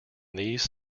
these